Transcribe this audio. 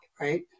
right